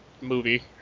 movie